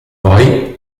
poi